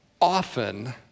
often